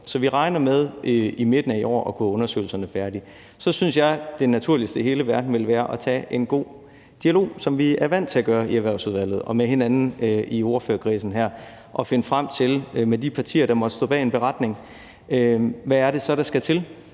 Så vi regner med i midten af i år at kunne have undersøgelserne færdige. Så synes jeg, det naturligste i hele verden ville være at tage en god dialog, hvilket vi er vant til at gøre i Erhvervsudvalget og med hinanden i ordførerkredsen her, og finde frem til, med de partier, der måtte stå bag en beretning, hvad det så er, der skal til